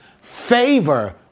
favor